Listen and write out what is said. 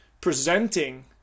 presenting